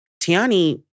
Tiani